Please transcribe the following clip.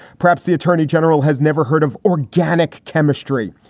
perhaps the attorney general has never heard of organic chemistry.